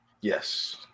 Yes